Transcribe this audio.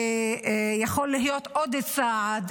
ויכול להיות עוד צעד,